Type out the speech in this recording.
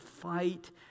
fight